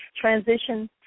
Transition